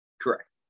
Correct